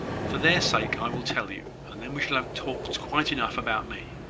for their sake i will tell you and then we shall have talked quite enough about me